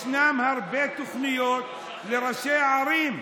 ישנן הרבה תוכניות לראשי הערים.